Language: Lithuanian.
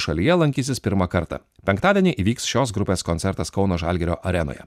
šalyje lankysis pirmą kartą penktadienį įvyks šios grupės koncertas kauno žalgirio arenoje